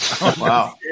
wow